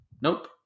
Nope